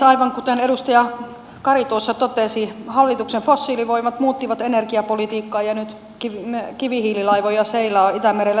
aivan kuten edustaja kari totesi hallituksen fossiilivoimat muuttivat energiapolitiikkaa ja nyt kivihiililaivoja seilaa itämerellä tungokseen asti